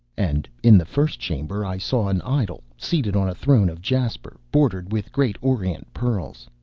and in the first chamber i saw an idol seated on a throne of jasper bordered with great orient pearls.